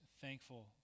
thankful